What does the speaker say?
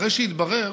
אחרי שהתברר